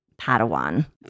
Padawan